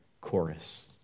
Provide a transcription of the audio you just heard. chorus